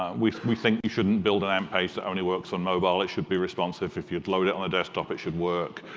we we think you shouldn't build an amp page that only works on mobile. it should be responsive if you load it on a desktop. it should work.